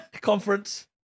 Conference